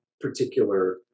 particular